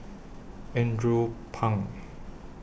Andrew Phang